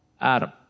Adam